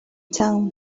town